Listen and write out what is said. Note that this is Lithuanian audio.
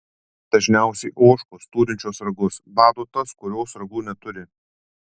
dažniausiai ožkos turinčios ragus bado tas kurios ragų neturi